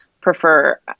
prefer